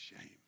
Shame